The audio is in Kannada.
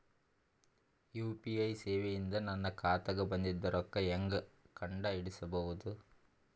ಯು.ಪಿ.ಐ ಸೇವೆ ಇಂದ ನನ್ನ ಖಾತಾಗ ಬಂದಿದ್ದ ರೊಕ್ಕ ಹೆಂಗ್ ಕಂಡ ಹಿಡಿಸಬಹುದು?